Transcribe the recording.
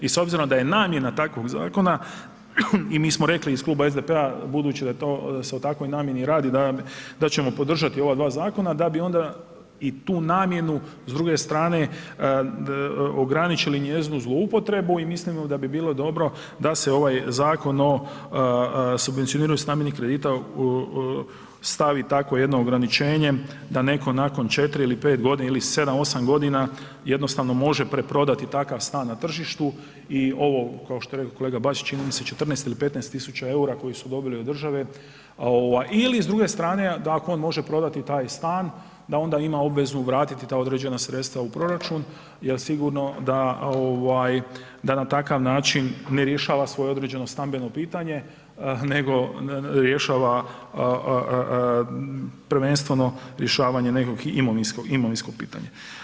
I s obzirom da je namjena takvog zakona i mi smo rekli iz Kluba SDP-a budući da se o takvoj namjeni i radi da ćemo podržati ova dva zakona, da bi onda i tu namjenu s druge strane ograničili njezinu zloupotrebu i mislimo da bi bilo dobro da se u ovaj Zakon o subvencioniranju stambenih kredita stavi takvo jedno ograničenje, da netko nakon 4 ili 5 godina ili 7, 8 godina jednostavno može preprodati takav stan na tržištu i ovo kao što je rekao kolega Bačić, čini mi se 14 ili 15.000 EUR-a koji su dobili od države ovaj ili s druge strane da ako on može prodati taj stan, da onda ima obvezu vratiti ta određena sredstva u proračun jer sigurno da ovaj da na takav način ne rješava svoje određeno stambeno pitanje nego rješava prvenstveno rješavanje nekog, imovinsko pitanje.